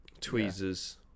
tweezers